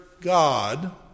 god